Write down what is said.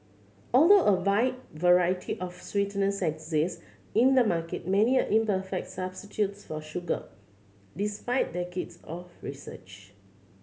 although a wide variety of sweeteners exist in the market many are imperfect substitutes for sugar despite decades of research